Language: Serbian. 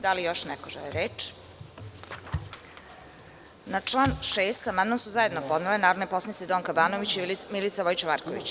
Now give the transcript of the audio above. Da li još neko želi reč? (Ne.) Na član 6. amandman su zajedno podnele narodne poslanice Donka Banović i Milica Vojić Marković.